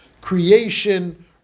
creation